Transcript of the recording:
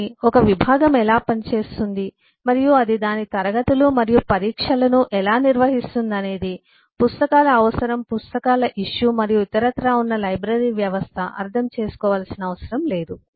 కానీ ఒక విభాగం ఎలా పనిచేస్తుంది మరియు అది దాని తరగతులు మరియు పరీక్షలను ఎలా నిర్వహిస్తుంది అనేది పుస్తకాల అవసరం పుస్తకాల ఇష్యూ మరియు ఇతరత్రా ఉన్న లైబ్రరీ వ్యవస్థ అర్థం చేసుకోవలసిన అవసరం లేదు